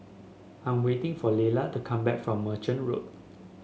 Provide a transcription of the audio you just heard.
I am waiting for Lelah to come back from Merchant Road